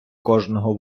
кожного